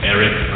Eric